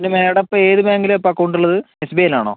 പിന്നെ മേഡം ഇപ്പം ഏത് ബാങ്കിലാണ് ഇപ്പം അക്കൗണ്ട് ഉള്ളത് എസ് ബി ഐയിൽ ആണോ